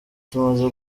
tumaze